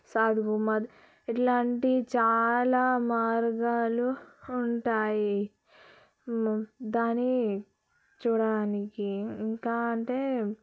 సాద్ గుమ్మత్ ఇలాంటి చాలా మార్గాలు ఉంటాయి దాన్ని చూడడానికి ఇంకా అంటే